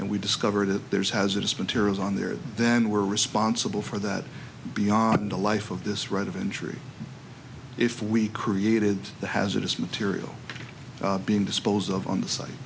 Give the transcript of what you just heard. and we discovered that there's hazardous materials on there then we're responsible for that beyond the life of this right of entry if we created the hazardous material being disposed of on the site